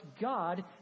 God